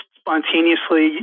spontaneously